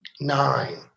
Nine